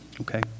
okay